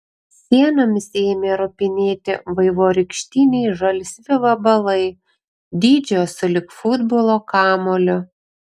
sienomis ėmė ropinėti vaivorykštiniai žalsvi vabalai dydžio sulig futbolo kamuoliu